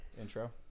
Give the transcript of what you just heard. Intro